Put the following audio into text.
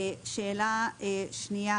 שאלה שנייה,